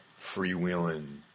freewheeling